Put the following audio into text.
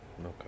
okay